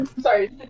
Sorry